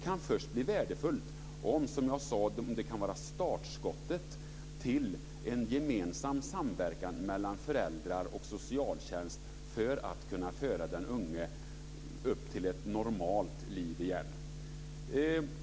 Det kan bli värdefullt först om det, som jag sade, kan vara startskottet för en samverkan mellan föräldrar och socialtjänst för att föra den unge upp till ett normalt liv igen.